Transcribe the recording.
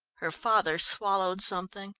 her father swallowed something